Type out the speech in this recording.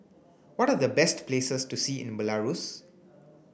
what are the best places to see in Belarus